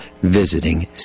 visiting